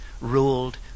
ruled